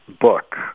book